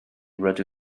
rydw